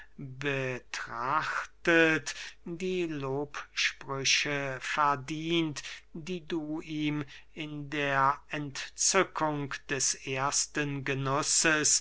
betrachtet die lobsprüche verdient die du ihm in der entzückung des ersten genusses